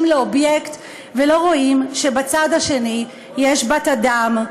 לאובייקט ולא רואים שבצד השני יש בת אדם,